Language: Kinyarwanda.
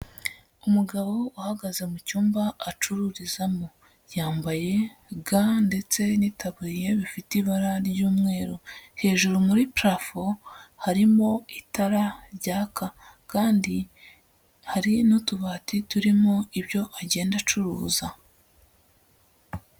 Umugabo uhagaze mu cyumba acururizamo, yambaye ga ndetse n'itaburiya bifite ibara ry'umweru, hejuru muri parafo harimo itara ryaka kandi hari n'utubati turimo ibyo agenda acuruza.